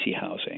housing